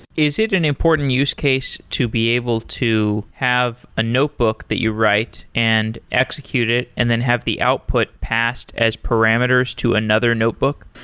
is it an important use case to be able to have a notebook that you write and execute it and then have the output passed as parameters to another notebook?